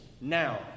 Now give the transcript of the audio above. Now